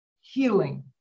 healing